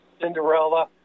Cinderella